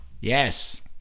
Yes